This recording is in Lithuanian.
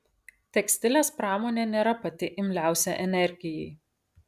tekstilės pramonė nėra pati imliausia energijai